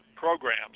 Programs